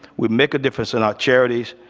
we make a difference in our charities,